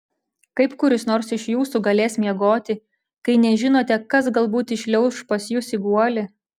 kaip kuris nors iš jūsų galės miegoti kai nežinote kas galbūt įšliauš pas jus į guolį